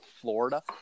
Florida